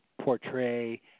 portray